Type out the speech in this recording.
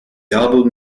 garbled